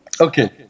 Okay